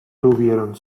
tuvieron